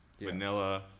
Vanilla